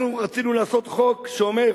אנחנו רצינו לעשות חוק שאומר: